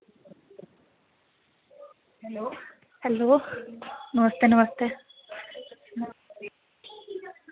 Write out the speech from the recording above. hello नमस्ते नमस्ते